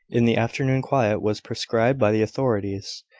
in the afternoon quiet was prescribed by the authorities,